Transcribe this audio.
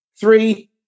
Three